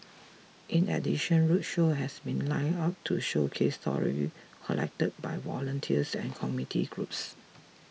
in addition roadshows have been lined up to showcase stories collected by volunteers and community groups